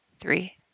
three